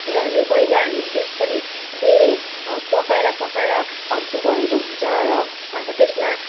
किनभने महिलाहरूले पनि धेरै पकाएर पकाएर हत्तु भएको हुन्छ र अन्त त्यसमा